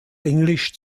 englisch